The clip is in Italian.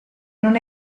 non